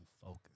focus